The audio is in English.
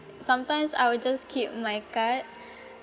sometimes I will just keep my card